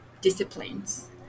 disciplines